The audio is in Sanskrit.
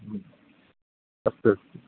अस्तु अस्तु